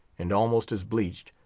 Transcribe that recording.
and almost as bleached,